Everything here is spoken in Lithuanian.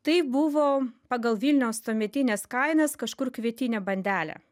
tai buvo pagal vilniaus tuometines kainas kažkur kvietinė bandelė